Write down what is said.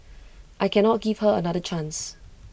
I cannot give her another chance